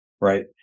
Right